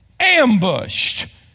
ambushed